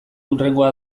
hurrengoa